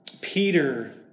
Peter